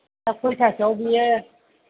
दा खयथासोआव बियो